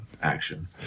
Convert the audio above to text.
action